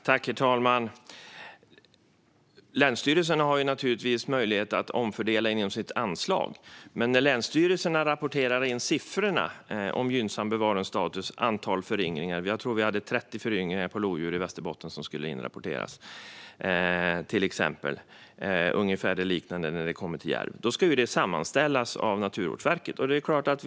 Herr talman! Länsstyrelserna har möjlighet att omfördela inom sitt anslag. När de rapporterar in siffrorna för gynnsam bevarandestatus och antal föryngringar ska de dock sammanställas av Naturvårdsverket. Jag tror att vi till exempel när det gäller lodjur i Västerbotten hade 30 föryngringar som skulle inrapporteras och ungefär detsamma för järv.